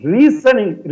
Reasoning